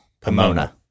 pomona